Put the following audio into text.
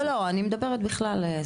אני מדברת בכלל.